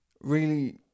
really-